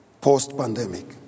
post-pandemic